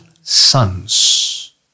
sons